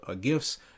gifts